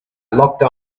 locked